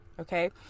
Okay